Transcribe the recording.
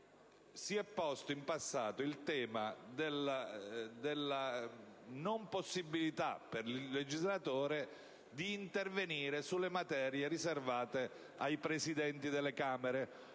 Si è posto in passato il tema della non possibilità per il legislatore di intervenire sulle materie riservate ai Presidenti delle Camere.